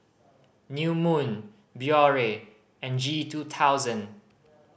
New Moon Biore and G two thousand